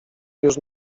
już